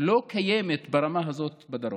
לא קיימת ברמה הזאת בדרום.